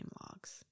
logs